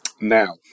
Now